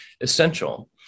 essential